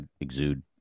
exude